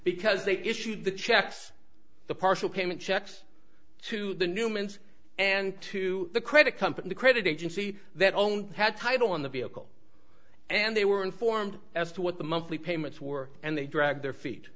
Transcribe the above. because they issued the checks the partial payment checks to the newmans and to the credit company credit agency that only had title on the vehicle and they were informed as to what the monthly payments were and they dragged their feet